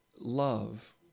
Love